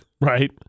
Right